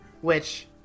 Which-